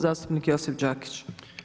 Zastupnik Josip Đakić.